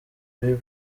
habiba